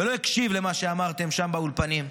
ולא הקשיב למה שאמרתם שם באולפנים.